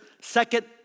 second